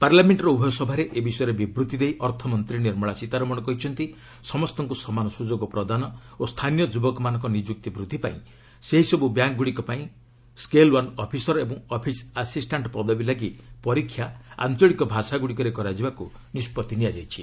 ପାର୍ଲାମେଷ୍ଟର ଉଭୟ ସଭାରେ ଏ ବିଷୟରେ ବିବୃଭି ଦେଇ ଅର୍ଥମନ୍ତ୍ରୀ ନିର୍ମଳା ସୀତାରମଣ କହିଛନ୍ତି ସମସ୍ତଙ୍କ ସମାନ ସ୍ରଯୋଗ ପ୍ରଦାନ ଓ ସ୍ଥାନୀୟ ଯୁବକମାନଙ୍କ ନିଯୁକ୍ତି ବୃଦ୍ଧିପାଇଁ ସେହିସବୁ ବ୍ୟାଙ୍କ୍ଗୁଡ଼ିକ ପାଇଁ ସ୍କେଲ୍ ୱାନ୍ ଅଫିସର୍ ଓ ଅଫିସ୍ ଆସିଷ୍ଟାଣ୍ଟ୍ ପଦବୀ ଲାଗି ପରୀକ୍ଷା ଆଞ୍ଚଳିକ ଭାଷାଗ୍ରଡ଼ିକରେ କରାଯିବାକୃ ନିଷ୍ପଭି ନିଆଯାଇଛି